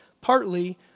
partly